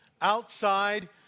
outside